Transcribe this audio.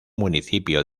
municipio